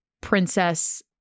princess